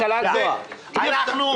אפשר לטפל בזה, ואנחנו נטפל בזה.